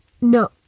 No